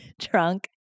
trunk